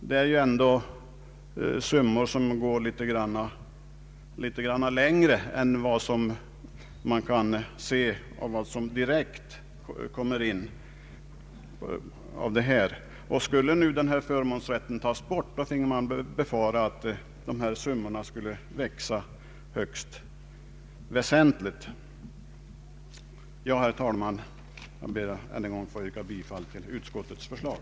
Det är summor som går längre än vad man kan bedöma av det förut nämnda resultatet från 1967. Skulle förmånsrätten tas bort i detta avseende, finge man befara att de här summorna skulle växa högst väsentligt. Herr talman! Jag ber än en gång att få yrka bifall till utskottets förslag.